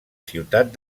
ciutat